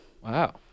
Wow